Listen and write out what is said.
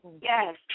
Yes